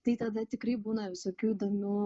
tai tada tikrai būna visokių įdomių